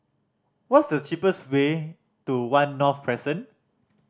what's the cheapest way to One North Crescent